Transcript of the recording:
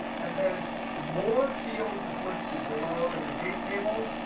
and then more fields is listed below in the date table.